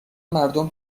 مردم